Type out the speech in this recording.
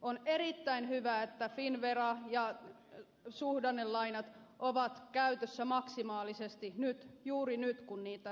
on erittäin hyvä että finnvera ja suhdannelainat ovat käytössä maksimaalisesti nyt juuri nyt kun niitä tarvitaan